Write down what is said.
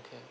okay